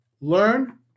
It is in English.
learn